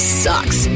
sucks